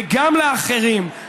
וגם לאחרים,